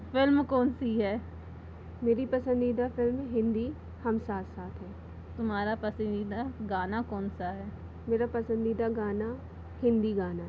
film कौन सी है मेरी पसंदीदा फिल्म हिन्दी हम साथ साथ हैं तुम्हारा पसंदीदा गाना कौन सा है मेरा पसंदीदा गाना हिन्दी गाना है